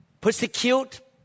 persecute